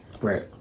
Right